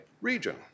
region